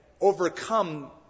overcome